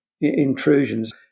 intrusions